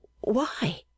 Why